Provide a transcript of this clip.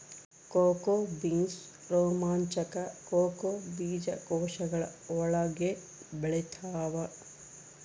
cocoa beans ರೋಮಾಂಚಕ cocoa ಬೀಜಕೋಶಗಳ ಒಳಗೆ ಬೆಳೆತ್ತವ